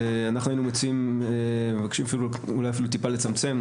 אנחנו היינו מבקשים אולי אפילו טיפה לצמצם,